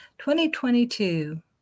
2022